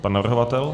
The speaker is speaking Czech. Pan navrhovatel?